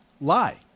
lie